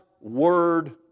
word